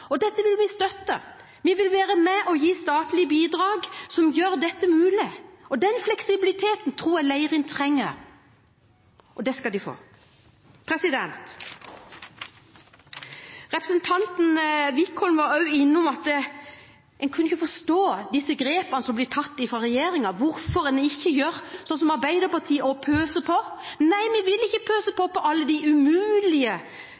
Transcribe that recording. Dette vil vi støtte. Vi vil være med og gi statlig bidrag som gjør dette mulig. Den fleksibiliteten tror jeg Leirin trenger, og det skal de få. Representanten Wickholm var også innom at en ikke kunne forstå disse grepene som blir tatt av regjeringen, hvorfor en ikke gjør som Arbeiderpartiet og pøser på. Nei, vi vil ikke pøse